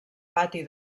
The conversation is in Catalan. pati